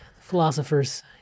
Philosophers